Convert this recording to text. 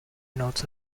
notes